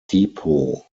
depot